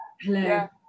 hello